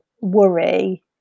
worry